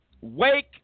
Wake